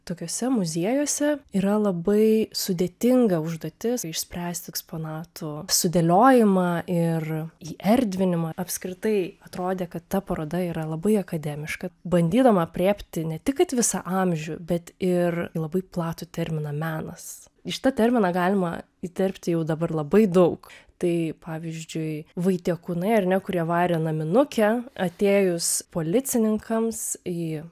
tokiuose muziejuose yra labai sudėtinga užduotis išspręsti eksponatų sudėliojimą ir įerdvinimą apskritai atrodė kad ta paroda yra labai akademiška bandydama aprėpti ne tik kad visą amžių bet ir labai platų terminą menas į šitą terminą galima įterpti jau dabar labai daug tai pavyzdžiui vaitiekūnai ar ne kurie vario naminukę atėjus policininkams į